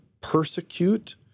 persecute